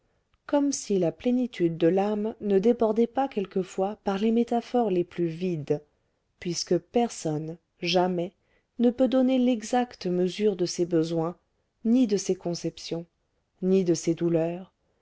comme si la plénitude de l'âme ne débordait pas quelquefois par les métaphores les plus vides puisque personne jamais ne peut donner l'exacte mesure de ses besoins ni de ses conceptions ni de ses douleurs